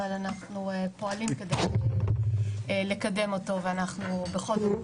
אבל אנחנו פועלים כדי לקדם אותו ואנחנו בכל זאת,